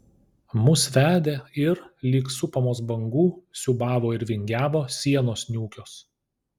mus vedė ir lyg supamos bangų siūbavo ir vingiavo sienos niūkios